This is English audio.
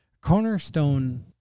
Cornerstone